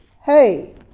Hey